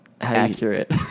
accurate